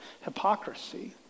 hypocrisy